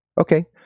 okay